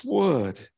word